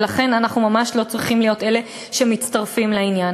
ולכן אנחנו ממש לא צריכים להיות אלה שמצטרפים לעניין.